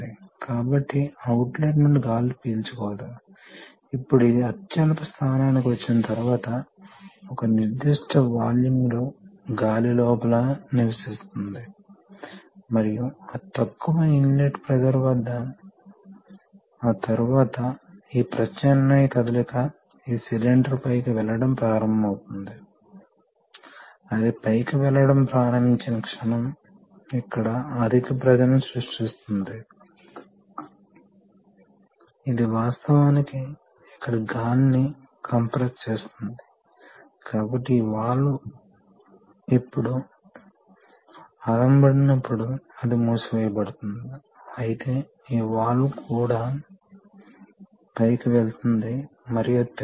Refer Slide Time 2815 కాబట్టి ఇప్పుడు ఇది ఒక సాధారణ అప్లికేషన్ సర్క్యూట్ మేము ఏమి చేయటానికి ప్రయత్నిస్తున్నామంటే ఇది ఒక సిలిండర్ కాబట్టి మీరు ఈ స్థితిలో ఉంటే అప్పుడు సిలిండర్ లాక్ చేయబడింది ఇది సిలిండర్ చూడవచ్చు కాబట్టి సిలిండర్ లాక్ చేయబడింది ఈ రిలీఫ్ వాల్వ్ కారణంగా సిలిండర్ లాక్ చేయబడింది ఇది చెక్ వాల్వ్ కాబట్టి ఈ ప్రదేశం నుండి ఈ ప్రదేశానికి ప్రవాహం జరగదు ఈ మార్గం ద్వారా ప్రవాహం జరగవలసి వస్తే ఒక నిర్దిష్ట ప్రెషర్ డిఫరెన్స్ అవసరం కాబట్టి సిలిండర్ దాని స్వంత బరువుతో తిరిగి రాదు ఎందుకంటే ద్రవం ఈ ఛాంబర్ నుండి బయటకు వెళ్ళదు